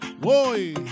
boy